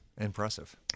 impressive